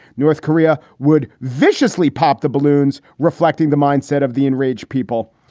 north korea would viciously pop the balloons, reflecting the mindset of the enraged people.